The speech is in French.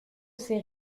ses